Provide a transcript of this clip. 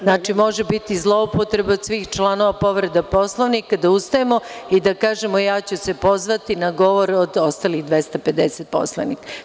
Znači, može biti zloupotreba od svih članova, povreda Poslovnika, da ustajemo i da kažemo – Ja ću se pozvati na govor od ostalih 250 poslanika.